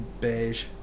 Beige